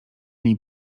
niej